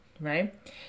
right